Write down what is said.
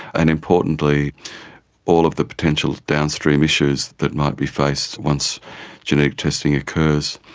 and importantly all of the potential downstream issues that might be faced once genetic testing occurs.